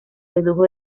redujo